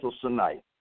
tonight